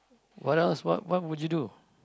what else what would you do